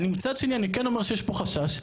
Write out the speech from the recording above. אני כן אומר שיש פה חשש,